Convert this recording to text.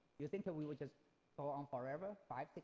you think that we would just go on forever, five,